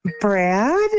brad